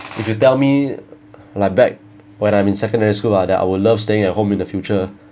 you can tell me like back when I'm in secondary school lah that I'll love staying at home in the future